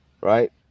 Right